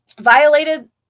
violated